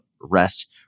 rest